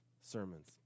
sermons